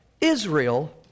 Israel